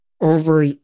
over